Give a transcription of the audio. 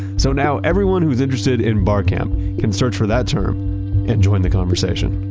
so now everyone who's interested in barcamp, can search for that term and join the conversation.